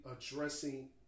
addressing